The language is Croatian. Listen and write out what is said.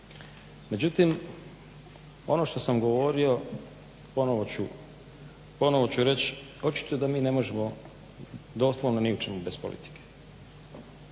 Međutim, ono što sam govorio ponovo ću reć' očito da mi ne možemo doslovno ni u čemu bez politike.